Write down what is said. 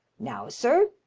now, sir?